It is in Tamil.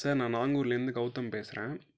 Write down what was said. சார் நான் நாங்கூர்லேருந்து கௌதம் பேசுகிறேன்